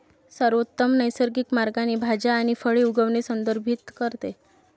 सर्वोत्तम नैसर्गिक मार्गाने भाज्या आणि फळे उगवणे संदर्भित करते